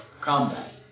combat